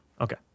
Okay